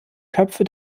köpfe